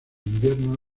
invierno